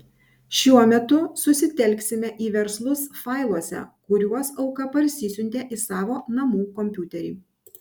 šiuo metu susitelksime į verslus failuose kuriuos auka parsisiuntė į savo namų kompiuterį